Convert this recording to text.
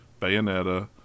Bayonetta